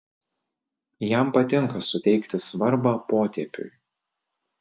jam patinka suteikti svarbą potėpiui